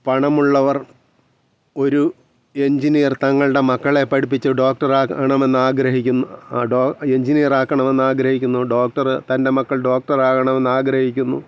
പണം ഉള്ളവർ ഒരു എഞ്ചിനീയർ തങ്ങളുടെ മക്കളെ പഠിപ്പിച്ച് ഡോക്ടർ ആക്കണമെന്ന് ആഗ്രഹിക്കുന്നു ഡോ എഞ്ചിനീയർ ആക്കണം എന്നാഗ്രഹിക്കുന്നു ഡോക്ടർ തൻ്റെ മക്കൾ ഡോക്ടർ ആകണം എന്നാഗ്രഹിക്കുന്നു